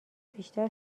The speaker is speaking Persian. بیشتر